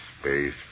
space